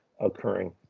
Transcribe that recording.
occurring